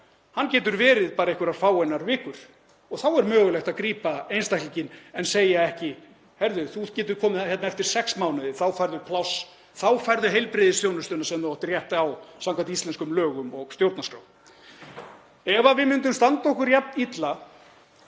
fá hjálp verið bara einhverjar fáeinar vikur og þá er mögulegt að grípa einstaklinginn en segja ekki: Heyrðu, þú getur komið eftir sex mánuði, þá færðu pláss. Þá færðu heilbrigðisþjónustuna sem þú átt rétt á samkvæmt íslenskum lögum og stjórnarskrá. Ef við myndum standa okkur jafn illa